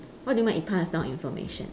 what do you mean by it pass down information